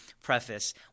preface